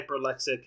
Hyperlexic